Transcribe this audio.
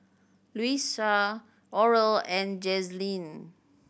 Louisa Oral and Jazlene